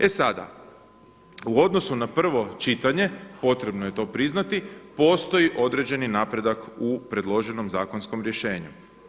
E sada, u odnosu na prvo čitanje, potrebno je to priznati, postoji određeni napredak u predloženom zakonskom rješenju.